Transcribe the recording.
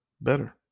better